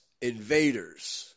Invaders